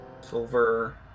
Silver